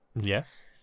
Yes